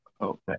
Okay